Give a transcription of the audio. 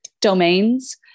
domains